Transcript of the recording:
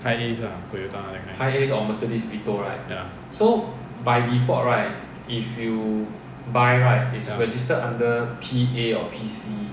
hiace ah toyota that kind ya ya